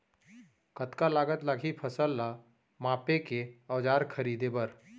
कतका लागत लागही फसल ला मापे के औज़ार खरीदे बर?